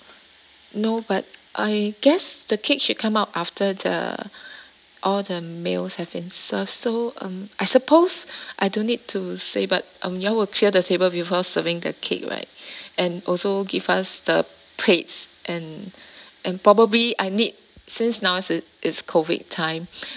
no but I guess the cake should come out after the all the meals have been served so um I suppose I don't need to say but um you all will clear the table because serving the cake right and also give us the plates and and probably I need since now is it it's COVID time